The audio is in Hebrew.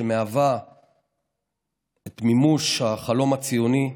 שמהווה את מימוש החלום הציוני,